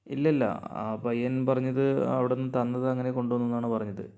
ഇല്ലില്ല ആ പയ്യൻ പറഞ്ഞത് അവിടുന്ന് തന്നതങ്ങനെ കൊണ്ടുവന്നുവെന്നാണു പറഞ്ഞത്